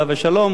עליו השלום,